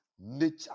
Nature